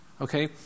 Okay